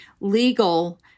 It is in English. legal